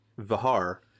Vahar